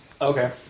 Okay